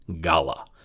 gala